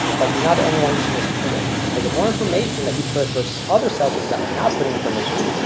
but you're not the only one using this tool. so the more information that you put first other cells that are not putting information.